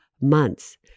months